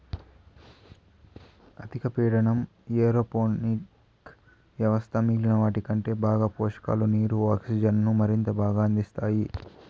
అధిక పీడన ఏరోపోనిక్ వ్యవస్థ మిగిలిన వాటికంటే బాగా పోషకాలు, నీరు, ఆక్సిజన్ను మరింత బాగా అందిస్తాయి